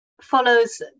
follows